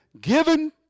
given